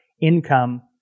income